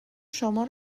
شما